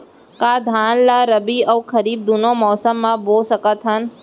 का धान ला रबि अऊ खरीफ दूनो मौसम मा बो सकत हन?